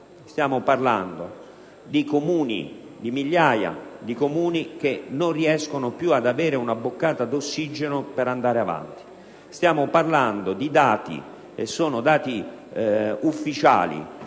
Stiamo parlando di migliaia di Comuni che non riescono più ad avere una boccata di ossigeno per andare avanti; stiamo parlando di dati - e sono dati ufficiali